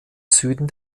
süden